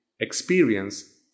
experience